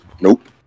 Nope